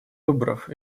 выборов